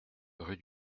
rue